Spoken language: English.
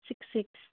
six six